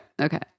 okay